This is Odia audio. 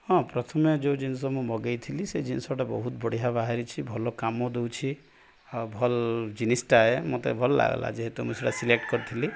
ହଁ ପ୍ରଥମେ ଯେଉଁ ଜିନିଷ ମୁଁ ମଗେଇଥିଲି ସେ ଜିନିଷଟା ବହୁତ ବଢ଼ିଆ ବାହାରିଛି ଭଲ କାମ ଦେଉଛି ଆଉ ଭଲ୍ ଜିନିଷଟା ଏ ମତେ ଭଲ୍ ଲାଗ୍ଲା ଯେହେତୁ ମୁଁ ସେଟା ସିଲେକ୍ଟ କରିଥିଲି